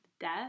death